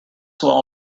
wall